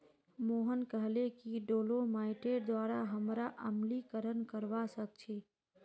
मोहन कहले कि डोलोमाइटेर द्वारा हमरा अम्लीकरण करवा सख छी